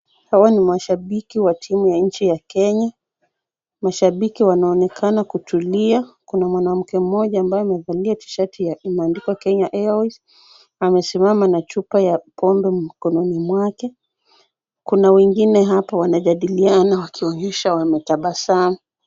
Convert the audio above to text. Hawa ni mashibiki wa timu ya nchi ya Kenya. Mashibiki wanaonekana kutulia. Kuna mwanamke mmoja ambaye amevalia shati imeandikwa Kenya Airways na amesimama na chupa ya pombe mkononi mwake. Kuna wengine hapa wanajadiliana wakionyesha wametabasamu.